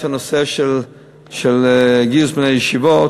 הנושא של גיוס בני הישיבות,